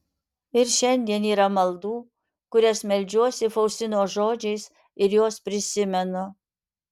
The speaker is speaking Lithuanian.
ir šiandien yra maldų kurias meldžiuosi faustinos žodžiais ir juos prisimenu